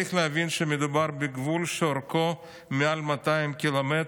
צריך להבין שמדובר בגבול שאורכו מעל 200 ק"מ,